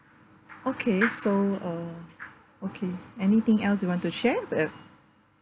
okay so uh okay anything else you want to share uh